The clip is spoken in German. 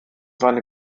seine